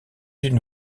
une